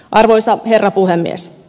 arvoisa herra puhemies